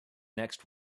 next